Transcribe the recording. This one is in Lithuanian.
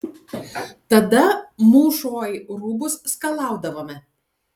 tada mūšoj rūbus skalaudavome